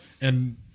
and-